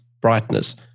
brightness